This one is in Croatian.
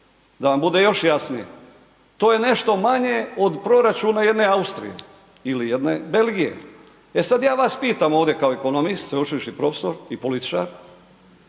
da vam bude još jasnije, to je nešto manje od proračuna jedne Austrije ili jedne Belgije. E sad ja vas pitam ovdje kao ekonomist, sveučilišni profesor i političar,